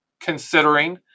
considering